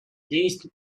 least